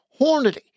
Hornady